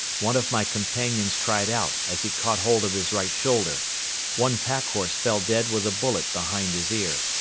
one of my companions cried out, as he caught hold of his right shoulder one pack horse fell dead with a bullet behind his ear.